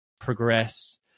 progress